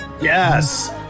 Yes